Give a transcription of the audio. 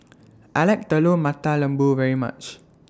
I like Telur Mata Lembu very much